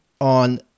on